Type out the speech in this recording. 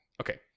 okay